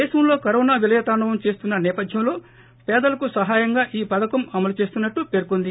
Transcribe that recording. దేశంలో కరోనా విలయతాండవం చేస్తున్న నేపధ్యంలో పేదలకు సహాయంగా ఈ పధకం అమలు చేస్తున్నట్లు పేర్కొంది